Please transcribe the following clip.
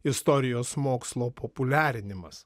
istorijos mokslo populiarinimas